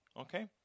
okay